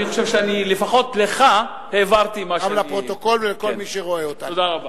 אני חושב שלפחות לך העברתי את מה שאני,